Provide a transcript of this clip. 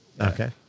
Okay